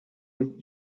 with